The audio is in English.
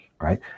right